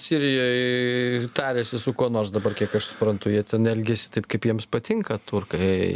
sirijoj i tariasi su kuo nors dabar kiek aš suprantu jie ten elgiasi taip kaip jiems patinka turkai